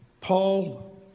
Paul